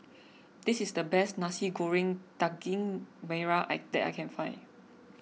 this is the best Nasi Goreng Daging Merah that I can find